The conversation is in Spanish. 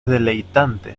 deleitante